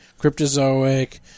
Cryptozoic